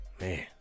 Man